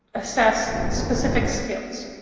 assess specific skills.